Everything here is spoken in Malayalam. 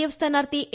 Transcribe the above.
എഫ് സ്ഥാനാർഥി എ